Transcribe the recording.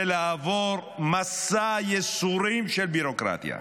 ולעבור מסע ייסורים של ביורוקרטיה.